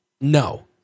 No